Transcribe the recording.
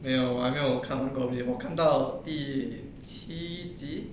没有我还没有看完 goblin 我看到第七集